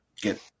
get